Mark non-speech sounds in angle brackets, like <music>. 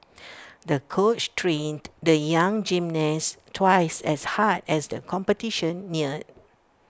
<noise> the coach trained the young gymnast twice as hard as the competition neared